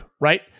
right